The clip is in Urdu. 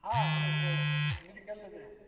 ہاں بھی کر لیتے ہیں